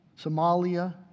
Somalia